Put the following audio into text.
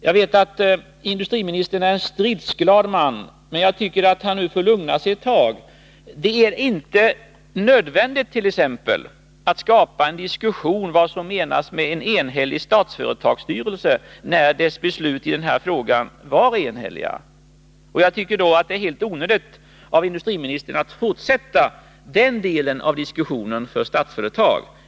Jag vet att industriministern är en stridsglad man, men jag tycker att han nu får lugna sig ett tag. Det är t.ex. inte nödvändigt att skapa en diskussion om vad som menas med en enhällig Statsföretagsstyrelse, när dess beslut i den här frågan var enhälliga. Jag tycker att det är helt onödigt av industriministern att fortsätta den delen av diskussionen kring Statsföretag.